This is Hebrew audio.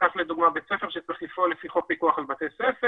ניקח לדוגמה בית ספר שצריך לפעול לפי חוק פיקוח על בתי ספר,